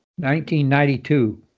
1992